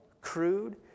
crude